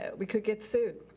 ah we could get sued.